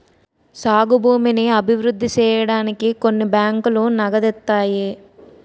సాగు భూమిని అభివృద్ధి సేయడానికి కొన్ని బ్యాంకులు నగదిత్తాయి